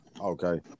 Okay